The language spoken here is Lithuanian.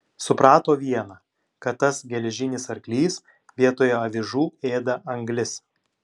suprato viena kad tas geležinis arklys vietoje avižų ėda anglis